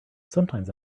sometimes